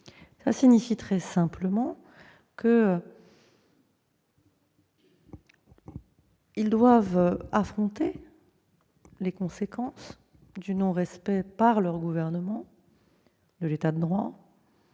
Cela signifie très simplement qu'ils doivent affronter les conséquences du non-respect par leur gouvernement de l'État de droit